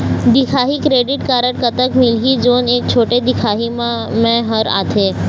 दिखाही credit card कतक मिलही जोन एक छोटे दिखाही म मैं हर आथे?